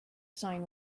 sign